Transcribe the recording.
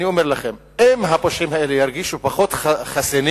אני אומר לכם, אם הפושעים האלה ירגישו פחות חסינים